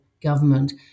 government